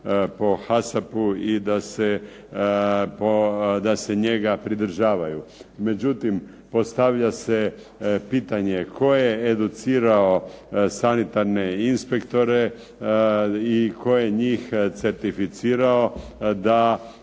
po HASAP-u i da se njega pridržavaju. Međutim postavlja se pitanje tko je educirao sanitarne inspektore, i tko je njih certificirao da